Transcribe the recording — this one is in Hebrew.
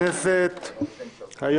חברי הכנסת, בוקר טוב.